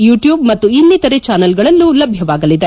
YouTube ಮತ್ತು ಇನ್ನಿತರೆ ಚಾನಲ್ಗಳಲ್ಲೂ ಲಭ್ಯವಾಗಲಿದೆ